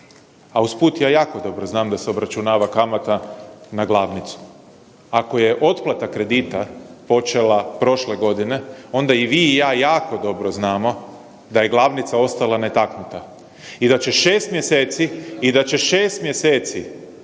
A usput ja jako dobro znam da se obračunava kamata na glavnicu. Ako je otplata kredita počela prošle godine, onda i vi i ja jako dobro znamo da je glavnica ostala netaknuta. I da će 6 mjeseci plaćanja kamate